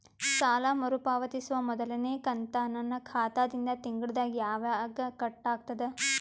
ಸಾಲಾ ಮರು ಪಾವತಿಸುವ ಮೊದಲನೇ ಕಂತ ನನ್ನ ಖಾತಾ ದಿಂದ ತಿಂಗಳದಾಗ ಯವಾಗ ಕಟ್ ಆಗತದ?